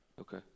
Okay